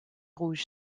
rouge